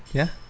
ya